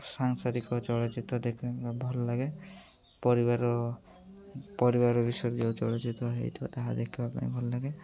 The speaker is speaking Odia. ସାଂସାରିକ ଚଳଚ୍ଚିତ୍ର ଦେଖିବା ଭଲ ଲାଗେ ପରିବାର ପରିବାର ବିଷୟରେ ଯେଉଁ ଚଳଚିତ୍ର ହେଇଥିବ ତାହା ଦେଖିବା ପାଇଁ ଭଲଲାଗେ